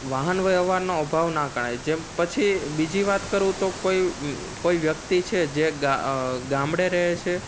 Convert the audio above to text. વાહનવ્યવહારનો અભાવ ના ગણાય જે પછી બીજી વાત કરું તો કોઈ કોઈ વ્યક્તિ છે જે ગા ગામડે રહે છે